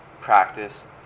practice